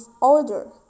order